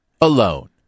alone